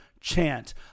Chant